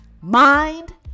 Mind